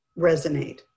resonate